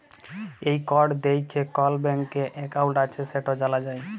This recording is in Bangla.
এই কড দ্যাইখে কল ব্যাংকে একাউল্ট আছে সেট জালা যায়